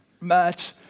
match